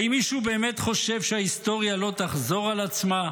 האם מישהו באמת חושב שההיסטוריה לא תחזור על עצמה?